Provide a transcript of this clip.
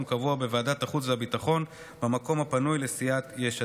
קבוע בוועדת החוץ והביטחון במקום הפנוי לסיעת יש עתיד.